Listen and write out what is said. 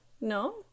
no